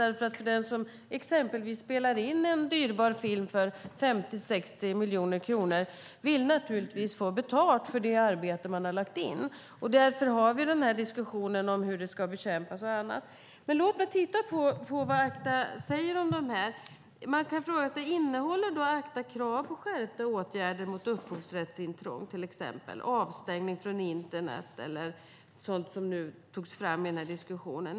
Den som exempelvis spelar in en dyrbar film för 50-60 miljoner kronor vill naturligtvis få betalt för det arbete som man har lagt ned. Därför har vi diskussionen om hur brott mot upphovsrätten ska bekämpas och annat. Låt oss titta på vad ACTA säger om detta. Man kan fråga sig: Innehåller ACTA krav på skärpta åtgärder mot upphovsrättsintrång, till exempel avstängning från internet eller sådant som togs upp i den här diskussionen?